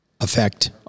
affect